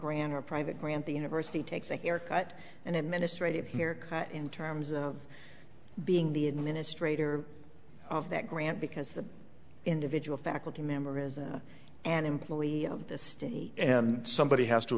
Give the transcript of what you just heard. grant or private grant the university takes a haircut and administrative here caught in terms of being the administrator of that grant because the individual faculty member is an employee of the state and somebody has to